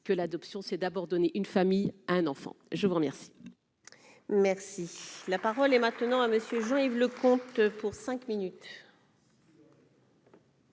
que l'adoption, c'est d'abord donner une famille, un enfant, je vous remercie. Merci, la parole est maintenant à monsieur Jean-Yves Le pour 5 minutes.